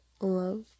Love